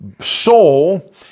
soul